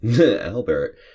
Albert